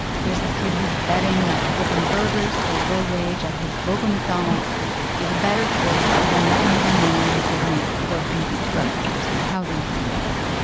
here's this kid who's betting that flipping burgers for low wage at his local mcdonald's is a better choice than the easy money he could make working for the drug dealers in the housing complex.